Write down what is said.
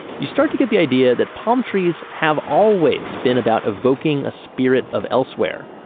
you start to get the idea that palm trees have always been about evoking a spirit of elsewhere.